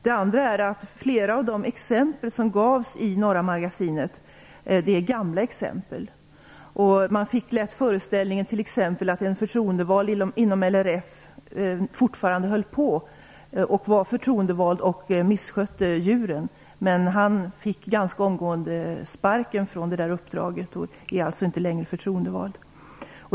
Det andra är att flera av de exempel som togs upp i Norra magasinet är gamla exempel. Man fick t.ex. föreställningen att en förtroendevald inom LRF fortfarande var förtroendevald och missskötte djuren. Han fick ganska omgående sparken från sitt uppdrag och är alltså inte längre förtroendevald.